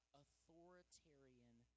authoritarian